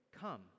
come